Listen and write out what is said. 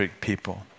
people